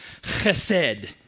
chesed